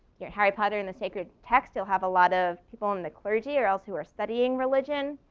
yeah harry potter and the sacred text, you'll have a lot of people in the clergy or else who are studying religion.